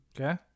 okay